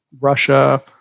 Russia